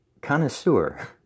connoisseur